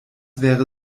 wäre